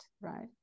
right